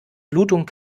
blutung